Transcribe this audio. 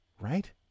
Right